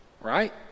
right